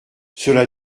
cela